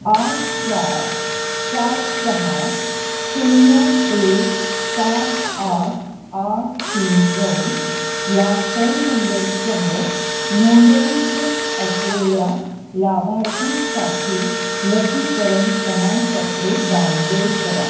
आठ चार सात सहा शून्य एक सात आठ आठ तीन नऊ या फोन नंबरसह नोंदणीकृत असलेल्या लाभार्थींसाठी लसीकरण प्रमाणपत्रे डाउनलोड करा